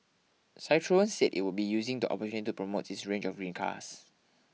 Citroen said it will be using the opportunity to promote its range of green cars